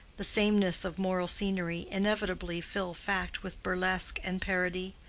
the sameness of mortal scenery, inevitably fill fact with burlesque and parody.